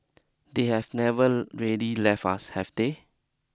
they have never really left us have they